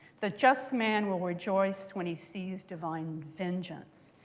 the just man will rejoice when he sees divine vengeance.